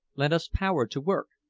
lent us power to work,